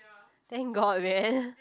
thank god man